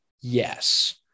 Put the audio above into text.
yes